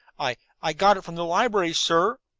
i i got it from the library, sir.